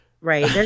Right